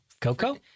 Coco